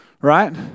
right